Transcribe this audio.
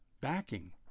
backing